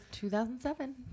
2007